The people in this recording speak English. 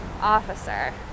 officer